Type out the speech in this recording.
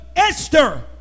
Esther